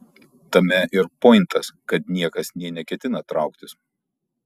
tame ir pointas kad niekas nė neketina trauktis